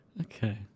Okay